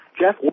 Jeff